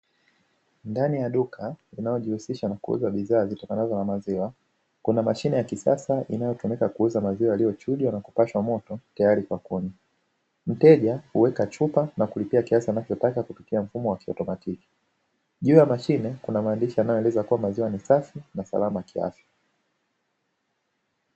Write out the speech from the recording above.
Ndani ya duka inayojihusisha na kuuza bidhaa zitakazo na maziwa. Kuna mashine ya kisasa inayotumika kuuza maziwa yaliyochujwa na kupashwa moto tayari kwa kunywa. Mteja huweka chupa na kulipia kiasi anachotaka kupitia mfumo wa kiutomatiki. Juu ya mashine kuna maandishi yanayoeleza kuwa maziwa ni safi na salama kiafya.